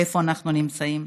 ואיפה אנחנו נמצאים.